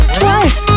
twice